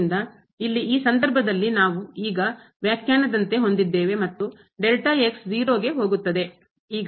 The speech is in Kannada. ಆದ್ದರಿಂದ ಇಲ್ಲಿ ಈ ಸಂದರ್ಭದಲ್ಲಿ ನಾವು ಈಗ ವ್ಯಾಖ್ಯಾನದಂತೆ ಹೊಂದಿದ್ದೇವೆ ಮತ್ತು 0 ಗೆ ಹೋಗುತ್ತದೆ